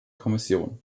kommission